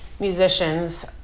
musicians